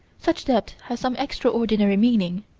such depth has some extraordinary meaning.